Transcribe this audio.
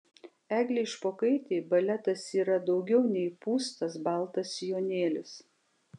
eglei špokaitei baletas yra daugiau nei pūstas baltas sijonėlis